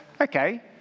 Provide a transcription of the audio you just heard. okay